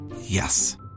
Yes